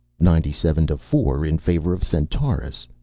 ninety seven four. in favor of centaurus.